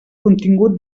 contingut